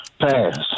Pass